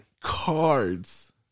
cards